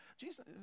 Jesus